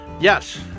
Yes